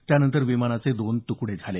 त्यानंतर विमानाचे दोन तुकडे झाले